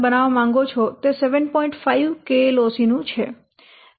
5 KLOC નું છે